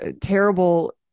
terrible